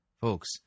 folks